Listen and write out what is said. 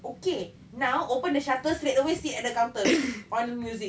okay now open the shutters late the wasted at the counter on music